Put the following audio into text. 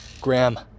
Graham